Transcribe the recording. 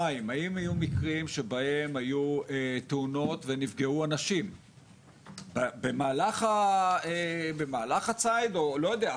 האם היו מקרים שבהם היו תאונות ונפגעו אנשים במהלך הציד או לא יודע,